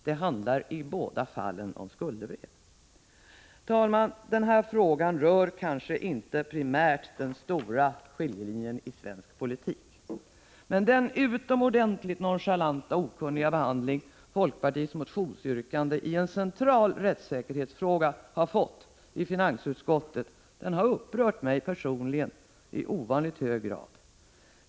Det handlar i båda fallen om skuldebrev. Herr talman! Den här frågan rör kanske inte primärt den stora skiljelinjen i svensk politik. Men den utomordentligt nonchalanta och okunniga behandling som folkpartiets motionsyrkande i en central rättsäkerhetsfråga har fått i finansutskottet har upprört mig personligen i ovanligt hög grad.